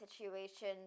situation